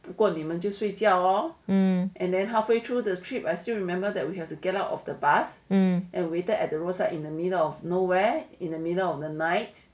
um